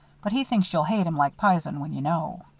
but he thinks you'll hate him like p'isen when you know.